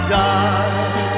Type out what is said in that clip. die